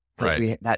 Right